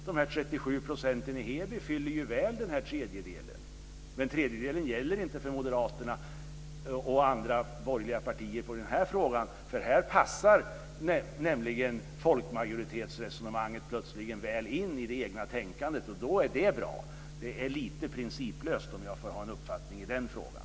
De 37 procenten i Heby fyller ju väl den här tredjedelen, men tredjedelen gäller inte för moderaterna och andra borgerliga partier i den här frågan, för här passar nämligen folkmajoritetsresonemanget plötsligen väl in i det egna tänkandet, och då är det bra. Det är lite principlöst, om jag får uttala en uppfattning i den frågan.